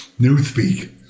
Newspeak